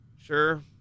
sure